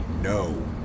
No